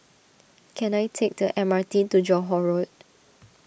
can I take the M R T to Johore Road